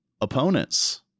opponents